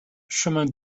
chemin